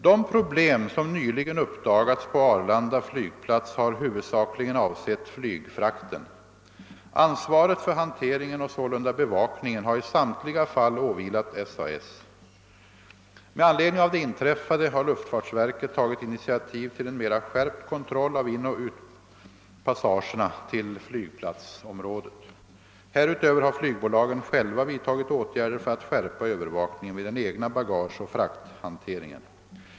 De problem som nyligen uppdagats på Arlanda flygplats har huvudsakligen avsett flygfrakten. Ansvaret för hanteringen och sålunda bevakningen har i samtliga fall åvilat SAS. Med anledning av det inträffade har luftfartsverket tagit initiativ till en mera skärpt kontroll av inoch utpassagerna till flygplatsområdet. Härutöver har flygbolagen själva vidtagit åtgärder för att skärpa övervakningen vid den egna bagageoch frakthanteringen.